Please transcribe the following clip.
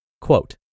Quote